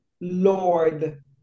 Lord